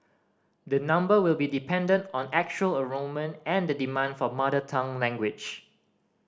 the number will be dependent on actual enrolment and the demand for mother tongue language